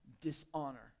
dishonor